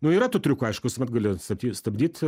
nu yra tų triukų aiškus visuomet gali staty stabdyt